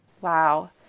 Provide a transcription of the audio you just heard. Wow